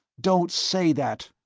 don't say that,